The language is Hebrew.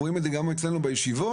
אנחנו רואים את זה גם בישיבות אצלנו,